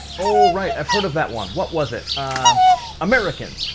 oh, right, i've heard of that one. what was it, ah american?